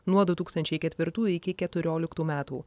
nuo du tūkstančiai ketvirtųjų iki keturioliktų metų